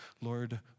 Lord